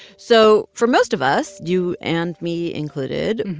so for most of us, you and me included,